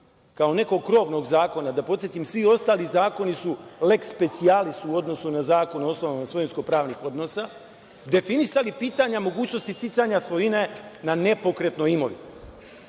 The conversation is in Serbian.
kao nekog krovnog zakona, da podsetim, svi ostali zakoni su leks specijalis u odnosu na Zakon o osnovama svojinsko-pravnih odnosa, definisali pitanja mogućnosti sticanja svojine na nepokretnoj imovini.